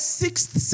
sixth